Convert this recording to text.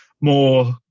more